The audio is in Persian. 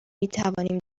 میتوانیم